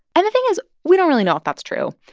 and the thing is we don't really know if that's true.